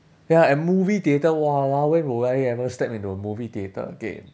ya and movie theatre !walao! when will I ever step into a movie theatre again